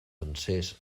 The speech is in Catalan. dansers